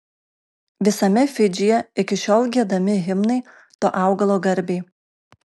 visame fidžyje iki šiol giedami himnai to augalo garbei